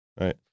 Right